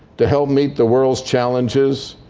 to help meet the world's challenges,